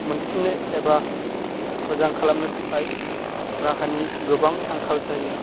मोनफिन्नो एबा मोजां खालामनो थाखाय राहानि गोबां आंखाल जायो